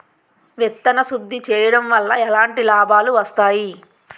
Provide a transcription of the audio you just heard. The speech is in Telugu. విత్తన శుద్ధి చేయడం వల్ల ఎలాంటి లాభాలు వస్తాయి?